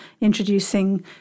introducing